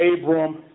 Abram